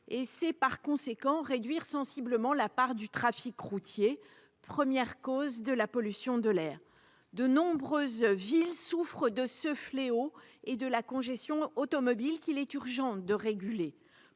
et c'est, par conséquent, réduire sensiblement la part du trafic routier, première cause de la pollution de l'air. De nombreuses villes souffrent de ce fléau et de la congestion automobile, qu'il est urgent de réguler.